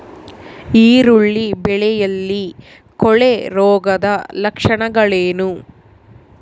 ಈರುಳ್ಳಿ ಬೆಳೆಯಲ್ಲಿ ಕೊಳೆರೋಗದ ಲಕ್ಷಣಗಳೇನು?